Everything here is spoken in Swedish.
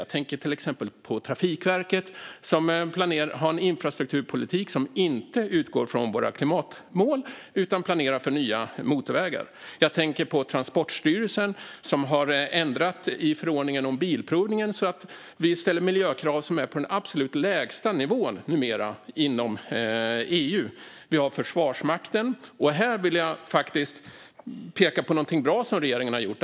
Jag tänker till exempel på Trafikverket, som har en infrastrukturpolitik som inte utgår från våra klimatmål - man planerar för nya motorvägar. Jag tänker på Transportstyrelsen, som har ändrat i förordningen om bilprovningen, så att vi numera ställer miljökrav som är på den absolut lägsta nivån inom EU. Vi har Försvarsmakten, och här vill jag faktiskt peka på någonting bra som regeringen har gjort.